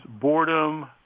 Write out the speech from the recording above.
boredom